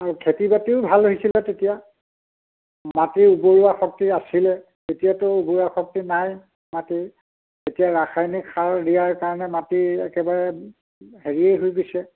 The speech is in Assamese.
আৰু খেতি বাতিও ভাল হৈছিলে তেতিয়া মাটিৰ উৰ্বৰা শক্তি আছিলে এতিয়াটো উৰ্বৰা শক্তি নাই মাটিৰ এতিয়া ৰাসায়নিক সাৰ দিয়াৰ কাৰণে মাটি একেবাৰে হেৰিয়ে হৈ গৈছে